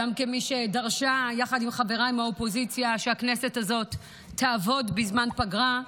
גם כמי שדרשה יחד עם חבריי מהאופוזיציה שהכנסת הזו תעבוד בזמן פגרה,